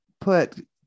put